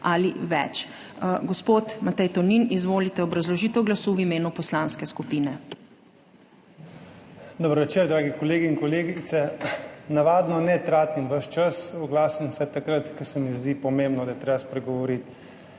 ali več. Gospod Matej Tonin, izvolite, obrazložitev glasu v imenu poslanske skupine. MAG. MATEJ TONIN (PS NSi): Dober večer, dragi kolegi in kolegice! Navadno ne tratim vašega časa, oglasim se takrat, ko se mi zdi pomembno, da je treba spregovoriti.